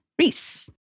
Reese